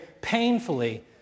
painfully